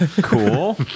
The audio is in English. cool